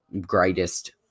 greatest